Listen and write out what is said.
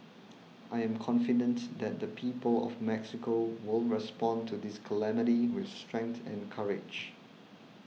I am confident that the people of Mexico will respond to this calamity with strength and courage